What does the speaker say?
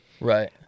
right